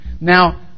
Now